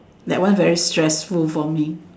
that one very stressful for me